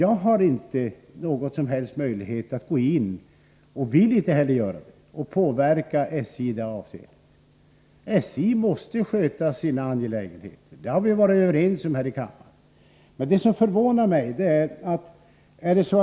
Jag har inga som helst möjligheter att gå in — och vill inte heller göra det — och påverka SJ i det avseendet. SJ måste sköta sina angelägenheter. Det har vi varit överens om här i kammaren, Det är en sak som förvånar mig.